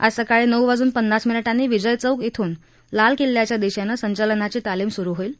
आज सकाळी नऊ वाजून पन्नास मिनिटांनी विजय चौक बून लाल किल्ल्याच्या दिशेनं संचलनाची तालीम सुरू होईल